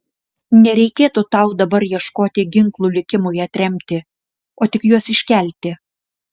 nereikėtų dabar tau ieškoti ginklų likimui atremti o tik juos iškelti